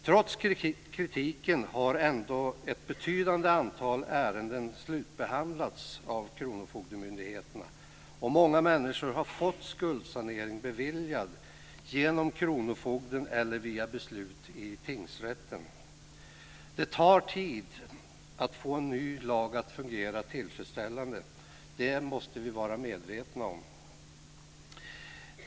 Trots kritiken har ett betydande antal ärenden slutbehandlats av kronofogdemyndigheterna och många människor har fått skuldsanering beviljad genom kronofogden eller via beslut i tingsrätten. Det tar tid att få en ny lag att fungera tillfredsställande. Det måste vi vara medvetna om.